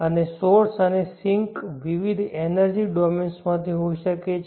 અને સોર્સ અને સિંક વિવિધ એનર્જી ડોમેન્સમાંથી હોઈ શકે છે